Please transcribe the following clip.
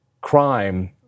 crime